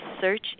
search